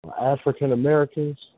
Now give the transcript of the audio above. African-Americans